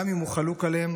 גם אם הוא חלוק עליהם,